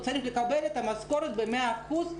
הוא צריך לקבל את המשכורת במאה אחוז,